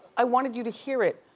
i wanted you to hear it.